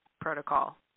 protocol